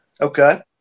Okay